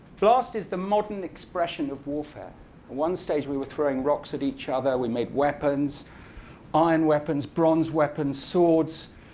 blast is the modern expression of warfare. at one stage, we were throwing rocks at each other. we made weapons iron weapons, bronze weapons, swords,